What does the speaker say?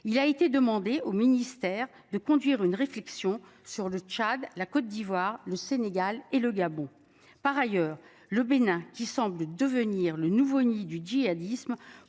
Il a été demandé au ministère de conduire une réflexion sur le Tchad, la Côte d'Ivoire, le Sénégal et le Gabon. Par ailleurs, le Bénin, qui semble devenir le nouveau ni du djihadisme